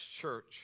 Church